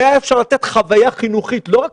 הרי לו היו עושים את זה היה אפשר לתת חוויה חינוכית לא רק